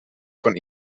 von